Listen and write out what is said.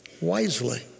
wisely